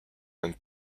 and